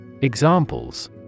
Examples